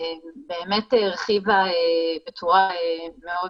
באמת הרחיבה בצורה מאוד